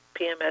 PMS